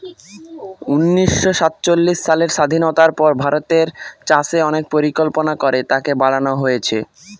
উনিশশো সাতচল্লিশ সালের স্বাধীনতার পর ভারতের চাষে অনেক পরিকল্পনা করে তাকে বাড়নো হয়েছে